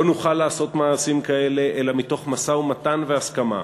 לא נוכל לעשות מעשים כאלה אלא מתוך משא-ומתן והסכמה,